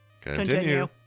Continue